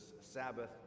Sabbath